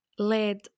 led